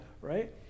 right